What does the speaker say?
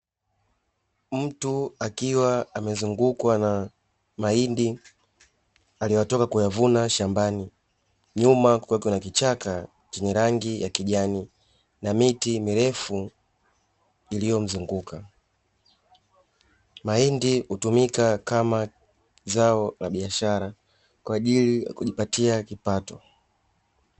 Mtu akiwa amezungukwa na mahindi aliyotoka kuyavuna shambani, nyuma kukiwa na kichaka chenye rangi ya kijani na miti mirefu iliyomzunguka. Mahindi hutumika kama zao la biashara kwa ajili ya kujipatia kipato.